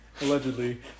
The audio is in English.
Allegedly